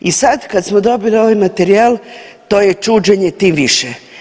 I sad kad smo dobili ovaj materijal to je čuđenje tim više.